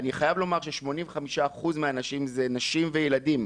אני חייב לומר ש-85 אחוזים מהאנשים הם נשים וילדים.